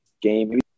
game